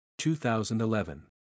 2011